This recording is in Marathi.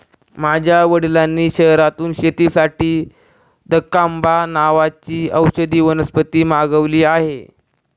माझ्या वडिलांनी शहरातून शेतीसाठी दकांबा नावाची औषधी वनस्पती मागवली आहे